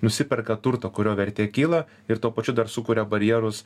nusiperka turtą kurio vertė kyla ir tuo pačiu dar sukuria barjerus